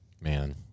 Man